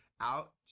Out